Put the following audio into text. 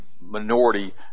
minority